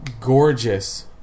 gorgeous